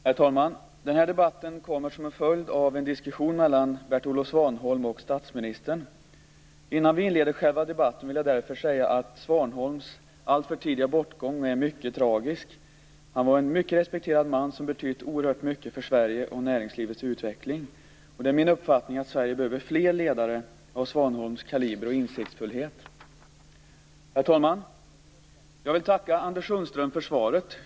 Herr talman! Den här debatten kommer som en följd av en diskussion mellan Bert Olov Svanholm och statsministern. Innan vi inleder själva debatten vill jag därför säga att Bert Olov Svanholms alltför tidiga bortgång är mycket tragisk. Han var en mycket respekterad man som har betytt oerhört mycket för Sverige och näringslivets utveckling. Det är min uppfattning att Sverige behöver fler ledare av Bert Olov Svanholms kaliber och insiktsfullhet. Herr talman! Jag vill tacka Anders Sundström för svaret.